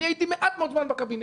אני הייתי מעט מאוד זמן בקבינט.